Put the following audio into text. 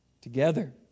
together